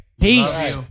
Peace